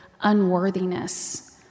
unworthiness